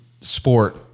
sport